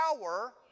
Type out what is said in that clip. power